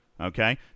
Okay